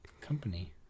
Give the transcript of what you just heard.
company